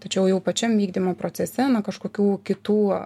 tačiau jau pačiam vykdymo procese na kažkokių kitų